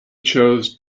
chose